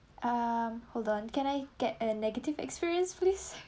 um hold on can I get a negative experience please